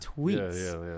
tweets